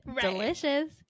delicious